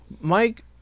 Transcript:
Mike